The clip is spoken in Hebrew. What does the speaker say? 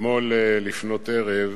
אתמול לפנות ערב